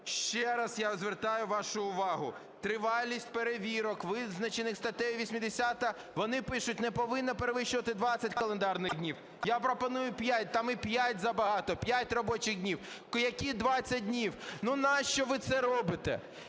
Ще раз я звертаю вашу увагу, тривалість перевірок, визначених статтею 80, вони пишуть, не повинно перевищувати 20 календарних днів. Я пропоную 5, там і 5 забагато, 5 робочих днів. Які 20 днів? Ну навіщо ви це робите?